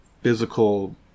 physical